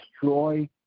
destroy